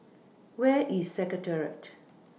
Where IS Secretariat